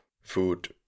food